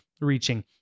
reaching